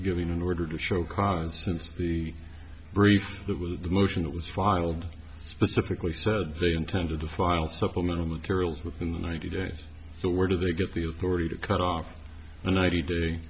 giving an order to show cause since the brief that was the motion that was filed specifically said they intended to file supplemental materials within ninety days so where do they get the authority to cut off a ninety day